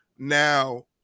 now